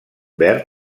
verd